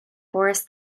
boris